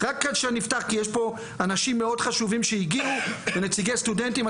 כי יש פה אנשים מאוד חשובים שהגיעו ונציגי סטודנטים.